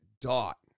dot